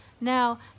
Now